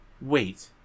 Wait